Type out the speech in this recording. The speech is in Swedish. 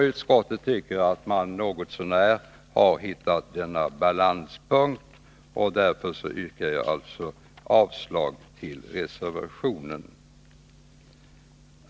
Utskottet tycker att man något så när har hittat denna balanspunkt, och därför yrkar jag avslag på reservation 1.